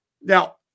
Now